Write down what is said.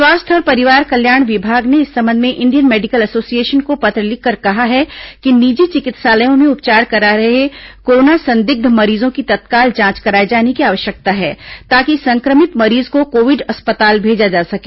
स्वास्थ्य और परिवार कल्याण विभाग ने इस संबंध में इंडियन मेडिकल एसोसिएशन को पत्र लिखकर कहा है कि निजी चिकित्सालयों में उपचार करा रहे कोरोना संदिग्ध मरीजों की तत्काल जांच कराए जाने की आवश्यकता है ताकि संक्रमित मरीज को कोविड अस्पताल भेजा जा सके